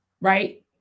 right